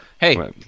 hey